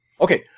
Okay